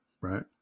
right